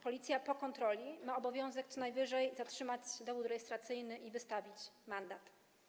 Policja po kontroli ma obowiązek co najwyżej zatrzymać dowód rejestracyjny i wystawić mandat.